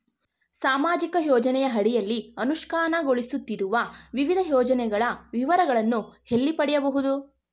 ಸಾಮಾಜಿಕ ಯೋಜನೆಯ ಅಡಿಯಲ್ಲಿ ಅನುಷ್ಠಾನಗೊಳಿಸುತ್ತಿರುವ ವಿವಿಧ ಯೋಜನೆಗಳ ವಿವರಗಳನ್ನು ಎಲ್ಲಿ ಪಡೆಯಬಹುದು?